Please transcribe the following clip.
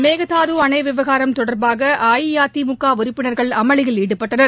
மேகதாது அணை விவகாரம் தொடர்பாக அஇஅதிமுக உறுப்பினர்கள் அமளியில் ஈடுபட்டனர்